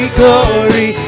glory